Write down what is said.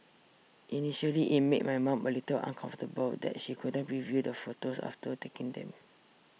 initially it made my mom a little uncomfortable that she couldn't preview the photos after taking them